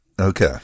Okay